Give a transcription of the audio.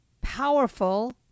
powerful